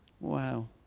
Wow